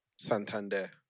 Santander